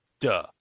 duh